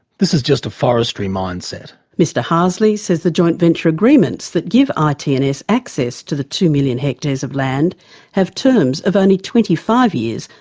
this is just a forestry mindset. mr harsley says the joint venture agreements that give ah it and s access to the two million hectares of land have terms of only twenty five years,